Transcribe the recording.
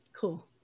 Cool